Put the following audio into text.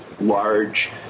large